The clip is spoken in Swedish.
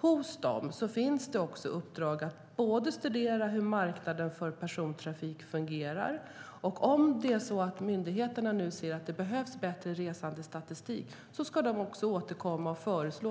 Hos dem finns uppdraget att studera hur marknaden för persontrafik fungerar. Om det är så att myndigheterna nu ser att det behövs bättre resandestatistik ska de återkomma till regeringen och föreslå